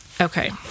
Okay